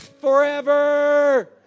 forever